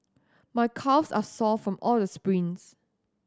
my calves are sore from all the sprints